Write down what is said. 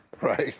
right